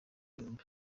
igihumbi